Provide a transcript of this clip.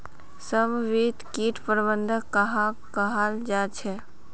समन्वित किट प्रबंधन कहाक कहाल जाहा झे?